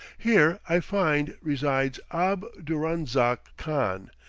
here, i find, resides ab-durrahzaak khan,